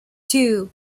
two